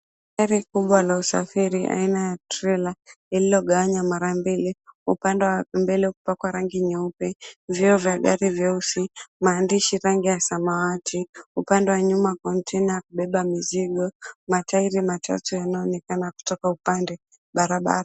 Gari kubwa la usafiri aina ya trela, lililogawanywa mara mbili, upande wa mbele kupakwa rangi nyeupe, vioo vya gari vyeusi, maandishi rangi ya samawati. Upande wa nyuma kontena ya kubeba mizigo, matairi machache yanayoonekana kutoka upande, barabara.